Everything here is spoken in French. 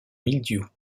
mildiou